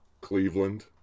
Cleveland